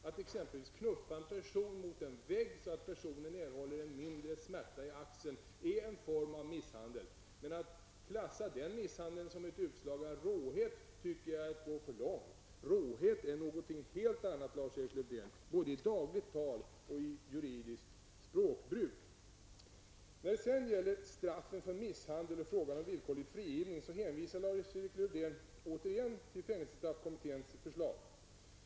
Att exempelvis knuffa en person mot en vägg så att personen erhåller en mindre smärta i axeln är en form av misshandel. Men att klassa misshandeln som ett utslag av råhet tycker jag är att gå för långt. Råhet är något helt annat, Lars-Erik Lövdén, både i dagligt tal och i juridiskt språkbruk. När det sedan gäller straffen för misshandel och frågan om avskaffande av halvtidsfrigivningen hänvisar Lars-Erik Lövdén till fängelsestraffkommitténs förslag.